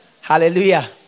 Hallelujah